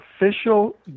official